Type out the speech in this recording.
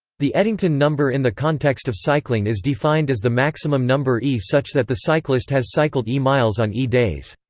the eddington number in the context of cycling is defined as the maximum number e such that the cyclist has cycled e miles on e days.